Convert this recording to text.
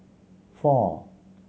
four